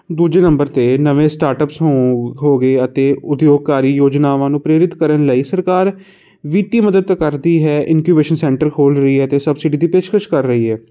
ਦੂਜੇ ਨੰਬਰ 'ਤੇ ਨਵੇਂ ਸਟਾਰਟਅਪ ਨੂੰ ਹੋ ਗਏ ਅਤੇ ਉਦਯੋਗਕਾਰੀ ਯੋਜਨਾਵਾਂ ਨੂੰ ਪ੍ਰੇਰਿਤ ਕਰਨ ਲਈ ਸਰਕਾਰ ਵਿੱਤੀ ਮਦਦ ਕਰਦੀ ਹੈ ਇਨਕੁਏਸ਼ਨ ਸੈਂਟਰ ਖੋਲ੍ਹ ਰਹੀ ਹੈ ਅਤੇ ਸਬਸਿਡੀ ਦੀ ਪੇਸ਼ਕਸ਼ ਕਰ ਰਹੀ ਹੈ